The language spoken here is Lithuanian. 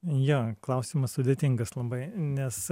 jo klausimas sudėtingas labai nes